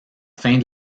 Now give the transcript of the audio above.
fin